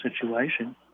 situation